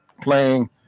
playing